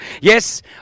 yes